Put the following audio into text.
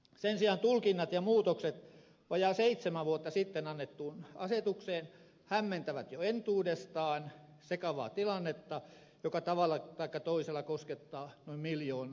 sen sijaan tulkinnat ja muutokset vajaa seitsemän vuotta sitten annettuun asetukseen hämmentävät jo entuudestaan sekavaa tilannetta joka tavalla taikka toisella koskettaa noin miljoonaa suomalaista